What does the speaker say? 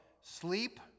sleep